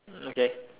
okay